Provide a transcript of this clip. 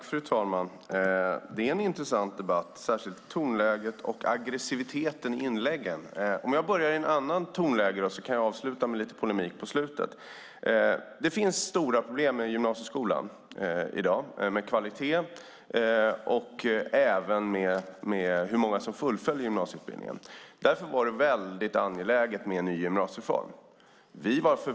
Fru talman! Det är en intressant debatt, särskilt tonläget och aggressiviteten i inläggen. Om jag börjar i ett annat tonläge kan jag avsluta med lite polemik. Det finns stora problem i gymnasieskolan i dag, med kvaliteten och även med hur många som fullföljer gymnasieutbildningen. Därför var det väldigt angeläget med en ny gymnasiereform.